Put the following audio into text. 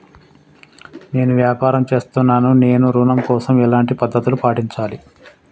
నేను వ్యాపారం చేస్తున్నాను నేను ఋణం కోసం ఎలాంటి పద్దతులు పాటించాలి?